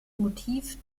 motiv